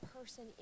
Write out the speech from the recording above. person